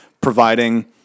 providing